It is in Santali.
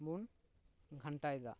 ᱵᱩᱱ ᱜᱷᱟᱱᱴᱟᱭᱮᱫᱟ